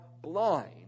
blind